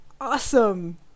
Awesome